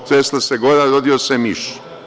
Tresla se gora, rodio se miš.